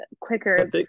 quicker